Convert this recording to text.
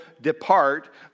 depart